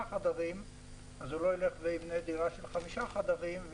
חדרים אז הוא לא יבנה דירה של חמישה חדרים.